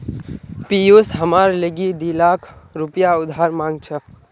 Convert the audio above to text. पियूष हमार लीगी दी लाख रुपया उधार मांग छ